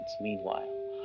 Meanwhile